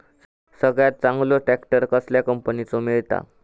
सगळ्यात चांगलो ट्रॅक्टर कसल्या कंपनीचो मिळता?